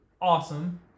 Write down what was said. awesome